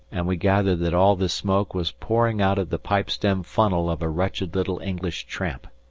and we gathered that all this smoke was pouring out of the pipe-stem tunnel of a wretched little english tramp.